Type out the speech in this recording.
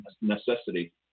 necessity